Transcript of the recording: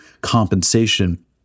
compensation